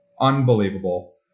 Unbelievable